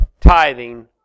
tithing